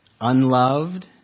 unloved